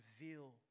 reveal